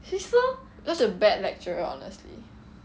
such a bad lecturer honestly